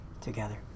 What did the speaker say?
together